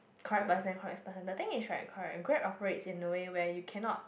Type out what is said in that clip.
correct person correct person the thing is right correct Grab operates in the way where you cannot